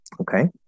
okay